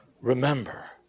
Remember